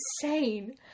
insane